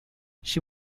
she